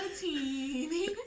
teeny